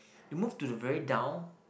you move to the very down